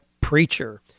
preacher